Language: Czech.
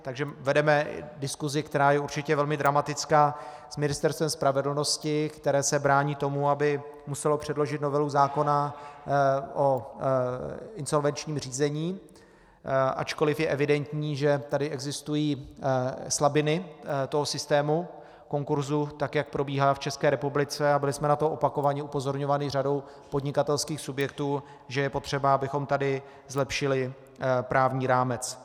Takže vedeme diskusi, která je určitě velmi dramatická, s Ministerstvem spravedlnosti, které se brání tomu, aby muselo předložit novelu zákona o insolvenčním řízení, ačkoliv je evidentní, že tady existují slabiny systému konkurzu, jak probíhá v České republice, a byli jsme na to opakovaně upozorňováni řadou podnikatelských subjektů, že je potřeba, abychom tady zlepšili právní rámec.